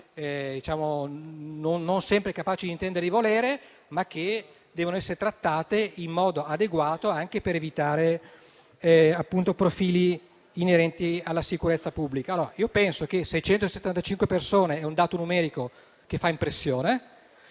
non sempre capaci di intendere e di volere, ma che devono essere trattate in modo adeguato, anche per evitare profili inerenti alla sicurezza pubblica. Se 175 persone è un dato numerico che fa impressione,